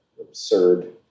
absurd